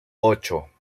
ocho